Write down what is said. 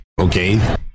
Okay